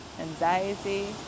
anxiety